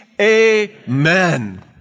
Amen